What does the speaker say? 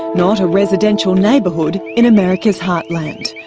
not a residential neighbourhood in america's heartland.